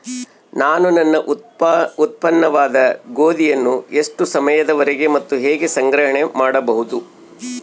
ನಾನು ನನ್ನ ಉತ್ಪನ್ನವಾದ ಗೋಧಿಯನ್ನು ಎಷ್ಟು ಸಮಯದವರೆಗೆ ಮತ್ತು ಹೇಗೆ ಸಂಗ್ರಹಣೆ ಮಾಡಬಹುದು?